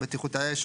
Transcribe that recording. בטיחות האש,